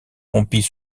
rompit